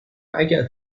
اگر